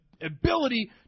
ability